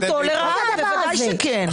מה זה הדבר הזה?